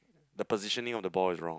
the positioning of the ball is wrong